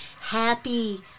happy